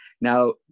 Now